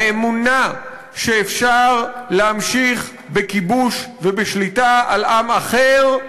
האמונה שאפשר להמשיך בכיבוש ובשליטה על עם אחר,